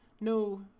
No